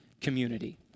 community